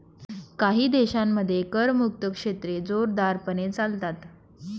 काही देशांमध्ये करमुक्त क्षेत्रे जोरदारपणे चालतात